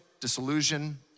disillusion